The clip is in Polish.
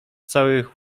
całych